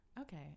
Okay